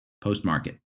Post-market